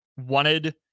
wanted